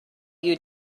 you